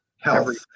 health